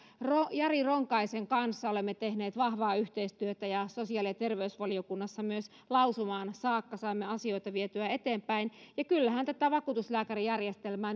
jari ronkaisen kanssa olemme tehneet vahvaa yhteistyötä ja sosiaali ja terveysvaliokunnassa myös lausumaan saakka saimme asioita vietyä eteenpäin ja kyllähän tätä vakuutuslääkärijärjestelmää